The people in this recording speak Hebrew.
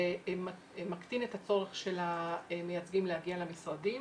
זה מקטין את הצורך של המייצגים להגיע למשרדים.